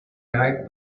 night